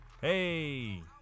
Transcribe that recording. Hey